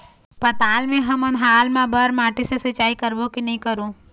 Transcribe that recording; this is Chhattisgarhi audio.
पताल मे हमन हाल मा बर माटी से सिचाई करबो की नई करों?